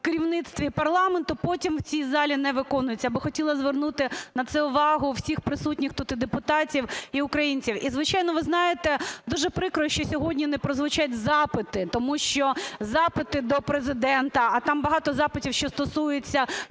керівництві парламенту, потім в цій залі не виконуються. Я би хотіла звернути на це увагу всіх присутніх тут і депутатів, і українців. І, звичайно, ви знаєте дуже прикро, що сьогодні не прозвучать запити, тому що… Запити до Президента, а там багато запитів, що стосується